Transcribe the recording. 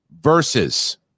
versus